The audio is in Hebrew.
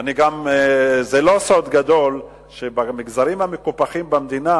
זה לא סוד גדול שבמגזרים המקופחים במדינה,